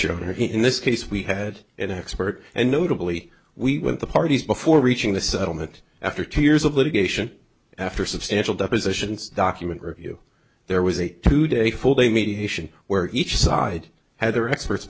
y in this case we had it expert and notably we the parties before reaching the settlement after two years of litigation after substantial depositions document review there was a two day full day mediation where each side had their experts